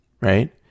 right